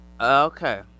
okay